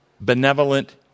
benevolent